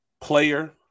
player